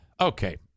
Okay